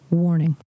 Warning